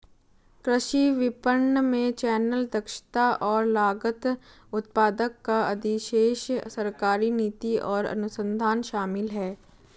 कृषि विपणन में चैनल, दक्षता और लागत, उत्पादक का अधिशेष, सरकारी नीति और अनुसंधान शामिल हैं